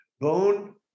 Bone